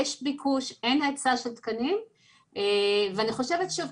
יש ביקוש ואין היצע של תקנים ואני חושבת שוב,